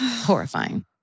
Horrifying